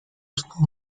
snuł